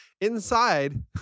Inside